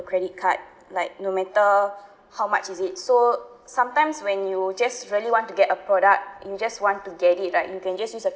credit card like no matter how much is it so sometimes when you just really want to get a product you just want to get it right you can just use the